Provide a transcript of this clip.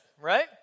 right